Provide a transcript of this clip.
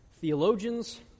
theologians